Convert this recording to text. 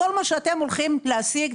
כל מה שאתם הולכים להשיג,